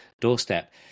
doorstep